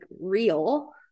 real